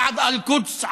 בעד אל-קודס.